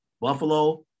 Buffalo